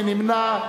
מי נמנע?